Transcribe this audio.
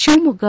Shivamogga